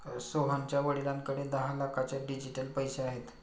सोहनच्या वडिलांकडे दहा लाखांचे डिजिटल पैसे आहेत